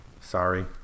Sorry